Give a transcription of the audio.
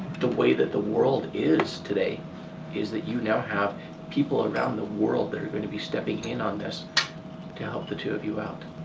the way that the world is today is that you now have people around the world that are gonna be stepping in on this to help the two of you out,